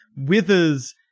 Withers